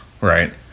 right